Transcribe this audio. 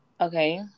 Okay